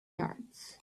yards